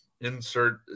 insert